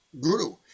guru